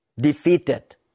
defeated